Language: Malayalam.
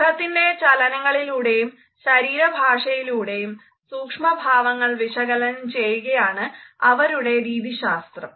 മുഖത്തിൻറെ ചലനങ്ങളിലൂടെയും ശരീര ഭാഷയിലൂടെയും സൂക്ഷ്മഭാവങ്ങൾ വിശകലനം ചെയ്യുകയാണ് അവരുടെ രീതിശാസ്ത്രം